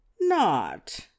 Not